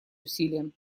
усилиям